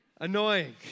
Annoying